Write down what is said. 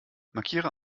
markiere